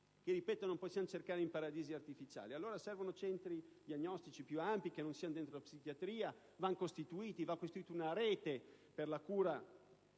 - non si possono trovare in paradisi artificiali. Allora servono centri diagnostici più ampi, che non siano dentro la psichiatria, che vanno costituiti; va costituita una rete per la